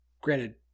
granted